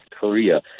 Korea